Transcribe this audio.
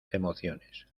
emociones